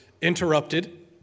interrupted